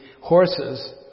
horses